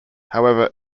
however